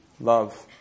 love